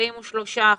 43 אחוזים.